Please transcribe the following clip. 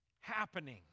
happening